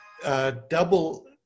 double